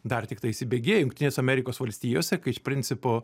dar tiktai įsibėgėja jungtinėse amerikos valstijose kai iš principo